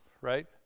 right